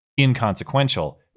inconsequential